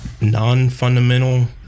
non-fundamental